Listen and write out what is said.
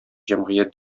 җәмгыять